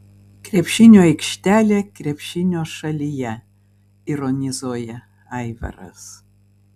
krepšinio aikštelė krepšinio šalyje ironizuoja aivaras